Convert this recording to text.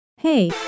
Hey